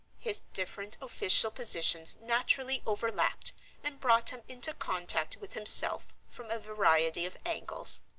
his different official positions naturally overlapped and brought him into contact with himself from a variety of angles.